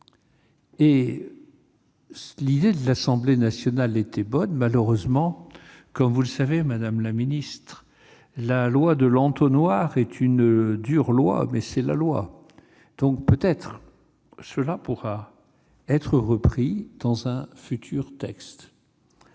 et l'idée de l'Assemblée nationale était bonne. Malheureusement, comme vous le savez, madame la ministre, la loi de l'entonnoir est dure, mais c'est la loi ! Peut-être que cette disposition pourra être reprise dans un futur texte.